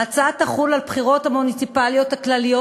ההצעה תחול על הבחירות המוניציפליות הכלליות